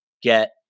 get